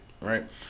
right